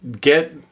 get